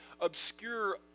obscure